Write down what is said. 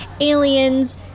aliens